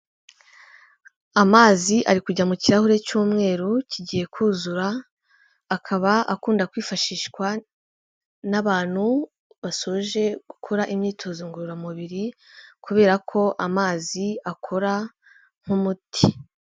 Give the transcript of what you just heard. Amazi ari kujya mu kirahurere cy'umweru kigiye kuzura akaba akunda kwifashishwa n'abantu basoje gukora imyitozo ngororamubiri kubera ko amazi akora nk'umuti.